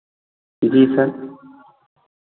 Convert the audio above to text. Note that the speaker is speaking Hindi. जी सर